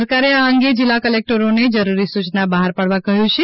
સરકારે આ અંગે જિલ્લા કલેકટરોને જરૂરી સૂચના બહાર પાડવા કહ્યું છે